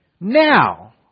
Now